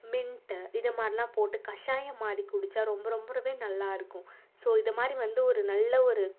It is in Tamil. மின்ட்டு இது மாதிரிலாம் போட்டு கஷாயம் மாதிரி குடித்தா ரொம்ப ரொம்பவே நல்லாயிருக்கும் ஸோ இது மாதிரி வந்து ஒரு நல்ல ஒரு